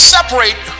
Separate